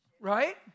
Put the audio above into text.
Right